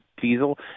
diesel